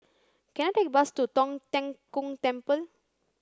can I take a bus to Tong Tien Kung Temple